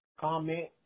Comment